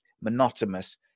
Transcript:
monotonous